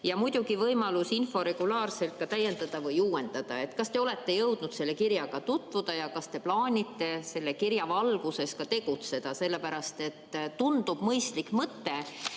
ja muidugi võimalus infot regulaarselt täiendada ja uuendada. Kas te olete jõudnud selle kirjaga tutvuda ja kas te plaanite selle kirja valguses ka tegutseda? Tundub mõistlik mõte,